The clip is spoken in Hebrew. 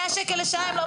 100 שקל לשעה הם לא באים.